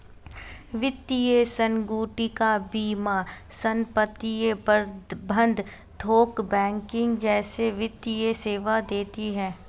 वित्तीय संगुटिका बीमा संपत्ति प्रबंध थोक बैंकिंग जैसे वित्तीय सेवा देती हैं